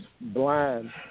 Blind